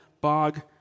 bog